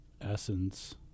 essence